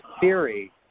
theory